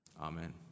Amen